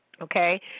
Okay